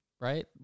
right